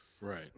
Right